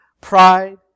pride